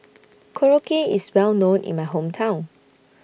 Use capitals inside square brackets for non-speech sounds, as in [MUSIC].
[NOISE] Korokke IS Well known in My Hometown